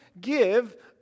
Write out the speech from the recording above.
give